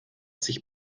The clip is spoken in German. sich